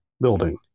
building